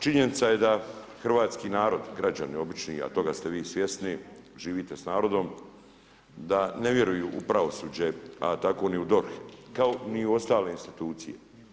Činjenica je da hrvatski narod i građani obični, a toga ste vi svjesni, živite s narodom, da ne vjeruju u pravosuđe a tako ni u DORH kao ni u ostale institucije.